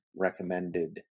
recommended